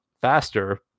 faster